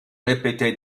répété